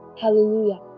Hallelujah